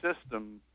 system